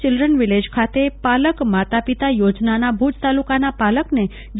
children village ખાતે પાલક માતા પિતા યોજનાના ભુજ તાલુકાના પાલકને જે